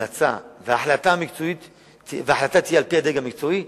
שההמלצה וההחלטה יהיו על-פי הדרג המקצועי,